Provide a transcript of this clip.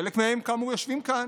חלק מהם כאמור יושבים כאן,